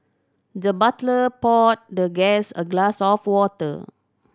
the butler poured the guest a glass of water